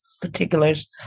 particulars